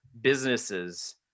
businesses